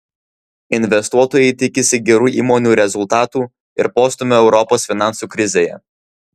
investuotojai tikisi gerų įmonių rezultatų ir postūmio europos finansų krizėje